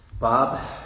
Bob